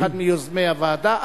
אחד מיוזמי הוועדה,